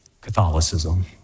Catholicism